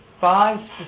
five